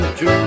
two